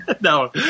No